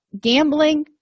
gambling